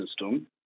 system